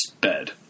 bed